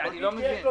זה